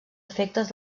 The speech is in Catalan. efectes